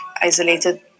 isolated